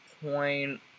point